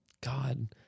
god